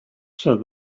said